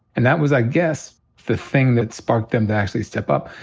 and that was i guess the thing that sparked them to actually step up.